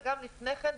וגם לפני כן,